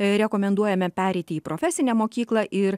rekomenduojame pereiti į profesinę mokyklą ir